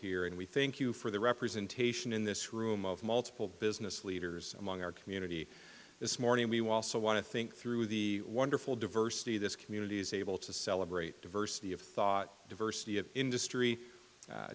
here and we thank you for the representation in this room of multiple business leaders among our community this morning we will also want to think through the wonderful diversity of this community is able to celebrate diversity of thought diversity of industry